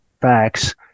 facts